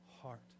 heart